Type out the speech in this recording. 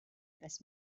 this